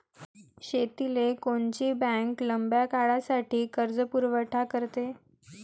शेतीले कोनची बँक लंब्या काळासाठी कर्जपुरवठा करते?